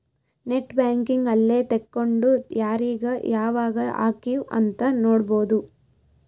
net banking ಅಲ್ಲೆ ತೆಕ್ಕೊಂಡು ಯಾರೀಗ ಯಾವಾಗ ಹಕಿವ್ ಅಂತ ನೋಡ್ಬೊದು